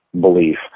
belief